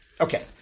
Okay